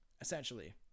essentially